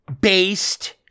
based